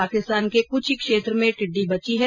पाकिस्तान के क्छ ही क्षेत्र में टिड्डी बची हैं